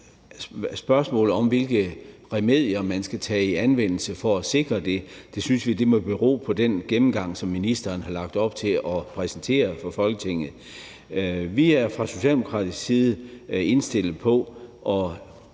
spørgsmålet om, hvilke remedier man skal tage i anvendelse for at sikre det, synes vi, det må bero på den gennemgang, som ministeren har lagt op til at præsentere for Folketinget. Vi er fra socialdemokratisk side indstillet på at